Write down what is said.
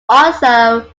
also